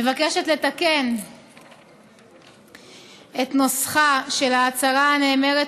מבקשת לתקן את נוסחה של ההצהרה הנאמרת